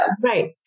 right